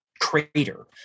crater